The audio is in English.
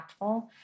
impactful